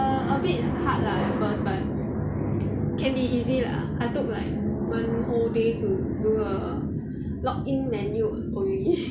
err a bit hard lah at first but can be easy lah I took like one whole day to do a login menu already